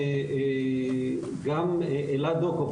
גם אלעד דוקוב,